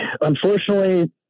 unfortunately